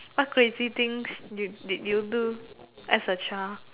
what crazy things did did you do as a child